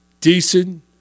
decent